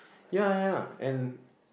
ya ya ya and